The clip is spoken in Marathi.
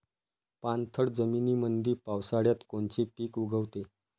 पाणथळ जमीनीमंदी पावसाळ्यात कोनचे पिक उगवते?